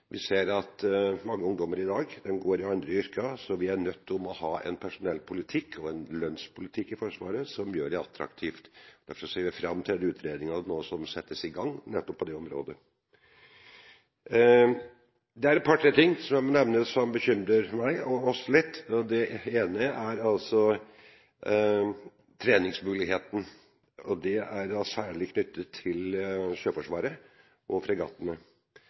Vi ser at mange ungdommer i dag går ut i andre yrker, så vi er nødt til å ha en personalpolitikk og en lønnspolitikk i Forsvaret som gjør det attraktivt. Derfor ser vi fram til den utredningen som nå settes i gang på nettopp det området. Det er et par ting som nevnes, som også bekymrer meg litt. Det ene er treningsmuligheten, og da særlig knyttet til Sjøforsvaret og fregattene.